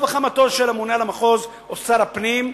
ועל חמתו של הממונה על המחוז או שר הפנים,